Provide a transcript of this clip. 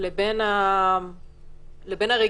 לבין הרגישות.